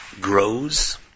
grows